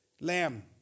lamb